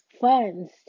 funds